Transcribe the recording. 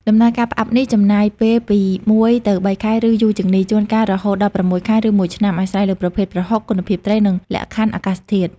ដំណើរការផ្អាប់នេះចំណាយពេលពី ១ ទៅ ៣ ខែ ឬយូរជាងនេះ ជួនកាលរហូតដល់ ៦ ខែ ឬមួយឆ្នាំ អាស្រ័យលើប្រភេទប្រហុក គុណភាពត្រី និងលក្ខខណ្ឌអាកាសធាតុ។